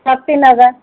ଶକ୍ତି ନଗର